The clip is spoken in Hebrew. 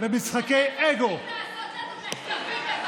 ומשחקי אגו, תתביישו לכם.